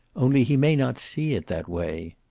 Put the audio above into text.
only he may not see it that way.